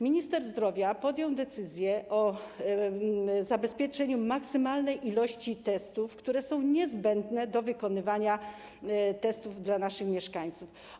Minister zdrowia podjął decyzję o zabezpieczeniu maksymalnej liczby testów, które są niezbędne do wykonywania testów dla naszych mieszkańców.